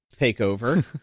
takeover